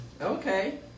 Okay